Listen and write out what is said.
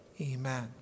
Amen